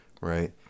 right